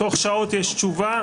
תוך שעות יש תשובה.